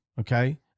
Okay